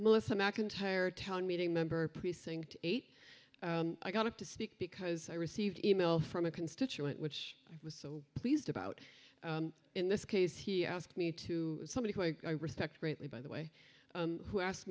melissa macintyre town meeting member precinct eight i got up to speak because i received an e mail from a constituent which was so pleased about in this case he asked me to somebody who i respect greatly by the way who asked